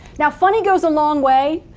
now, funny goes a long way,